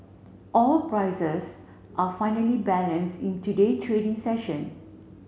prices are finally balance in today trading session